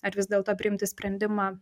ar vis dėlto priimti sprendimą